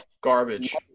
Garbage